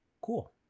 Cool